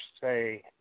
say